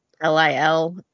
L-I-L